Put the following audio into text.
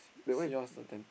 sea seahorse